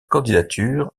candidature